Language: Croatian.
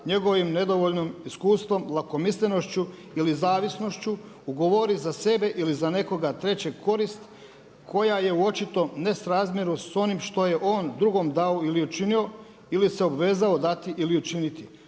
njegovim nedovoljnim iskustvom, lakomislenošću ili zavisnošću ugovori za sebe ili za nekoga trećeg korist koja je u očitom nesrazmjeru s onim što je on drugom dao ili učinio ili se obvezao dati ili učiniti.